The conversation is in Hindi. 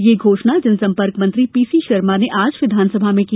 ये घोषणा जनसंपर्क मंत्री पीसी शर्मा ने आज विधानसभा में की